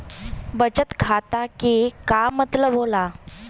बचत खाता के का मतलब होला?